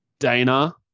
Dana